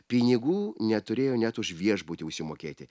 pinigų neturėjo net už viešbutį užsimokėti